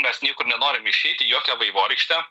mes niekur nenorim išeit į jokią vaivorykštę